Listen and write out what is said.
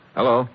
Hello